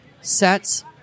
sets